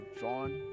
John